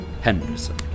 Henderson